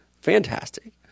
fantastic